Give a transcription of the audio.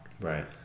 Right